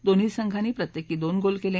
दोन्ही संघांनी प्रत्येकी दोन गोल केले